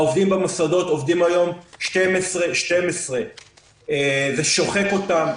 העובדים במוסדות עובדים היום 12-12. זה שוחק אותם,